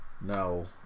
no